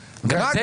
אמיתית.